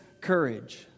courage